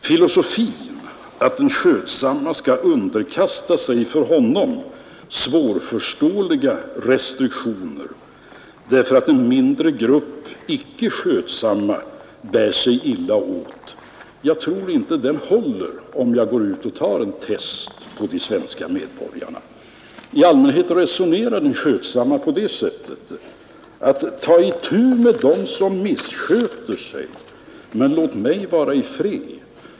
Filosofin att den skötsamme skall underkasta sig för honom svårförståeliga restriktioner för att en mindre grupp icke skötsamma bär sig illa åt tror jag inte håller om jag går ut och tar ett test på de svenska medborgarna. I allmänhet resonerar den skötsamme på det sättet, att ta itu med dem som missköter sig men låt mig vara i fred!